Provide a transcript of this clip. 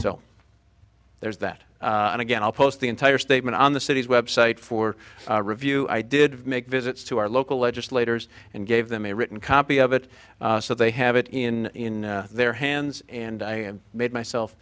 so there's that and again i'll post the entire statement on the city's website for review i did make visits to our local legislators and gave them a written copy of it so they have it in their hands and i made myself